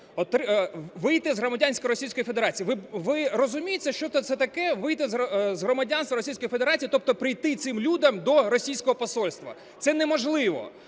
вийти з громадянства Російської Федерації. Ви розумієте, що це таке вийти з громадянства Російської Федерації, тобто прийти цим людям до російського посольства? Це неможливо.